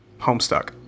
Homestuck